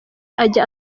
ajya